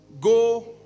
go